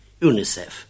UNICEF